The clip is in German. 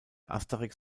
asterix